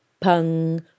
Pung